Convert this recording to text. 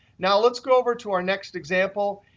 now, let's go over to our next example,